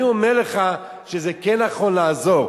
אני אומר לך שזה כן נכון לעזור.